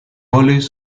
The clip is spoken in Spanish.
goles